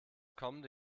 kommende